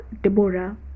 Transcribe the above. Deborah